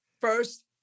first